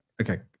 Okay